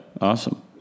awesome